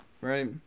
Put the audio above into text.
Right